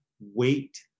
wait